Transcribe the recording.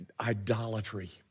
idolatry